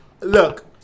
Look